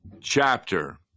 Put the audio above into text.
chapter